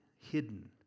hidden